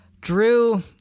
Drew